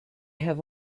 have